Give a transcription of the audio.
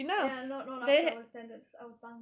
ya not not up to our standards our tongues